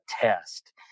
test